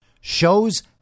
shows